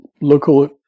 local